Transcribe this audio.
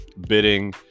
bidding